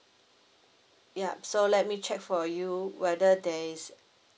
yup so let me check for you whether there is